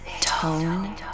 Tone